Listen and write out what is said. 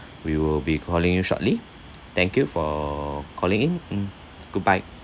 we will be calling you shortly thank you for calling in mm goodbye